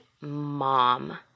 mom